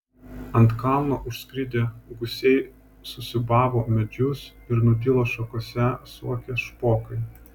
ant kalno užskridę gūsiai susiūbavo medžius ir nutilo šakose suokę špokai